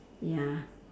ya